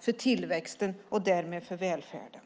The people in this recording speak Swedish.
för tillväxten och därmed för välfärden?